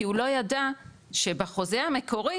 כי הוא ידע שבחוזה המקורי,